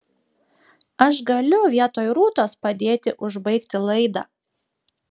aš galiu vietoj rūtos padėti užbaigti laidą